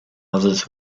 others